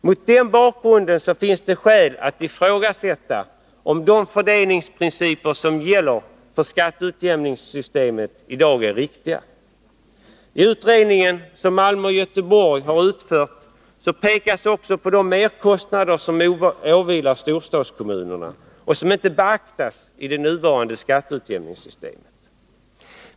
Mot den bakgrunden finns det skäl att ifrågasätta, om de fördelningsprinciper som gäller för skatteutjämningssystemet i dag är riktiga. I den utredning som Malmö och Göteborgs kommuner har utfört pekas också på de merkostnader som åvilar storstadskommunerna och som inte beaktas i det nuvarande skatteutjämningssystemet.